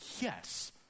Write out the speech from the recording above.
yes